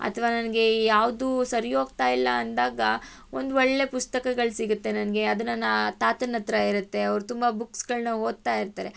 ಅಥ್ವಾ ನನಗೆ ಯಾವುದೂ ಸರಿ ಹೋಗ್ತಾಯಿಲ್ಲ ಅಂದಾಗ ಒಂದು ಒಳ್ಳೆಯ ಪುಸ್ತಕಗಳು ಸಿಗುತ್ತೆ ನನಗೆ ಅದು ನನ್ನ ತಾತನ ಹತ್ರ ಇರುತ್ತೆ ಅವ್ರು ತುಂಬ ಬುಕ್ಸ್ಗಳನ್ನು ಓದ್ತಾ ಇರ್ತಾರೆ